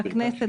11 במרץ 2021,